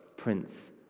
Prince